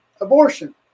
abortion